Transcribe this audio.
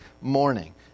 morning